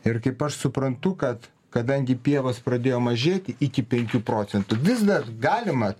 ir kaip aš suprantu kad kadangi pievos pradėjo mažėti iki penkių procentų vis dar galima